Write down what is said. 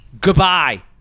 Goodbye